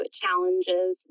challenges